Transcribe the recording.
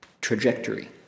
trajectory